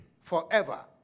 forever